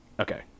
Okay